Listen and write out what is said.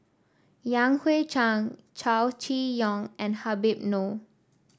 Yan Hui Chang Chow Chee Yong and Habib Noh